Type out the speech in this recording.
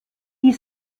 die